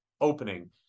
opening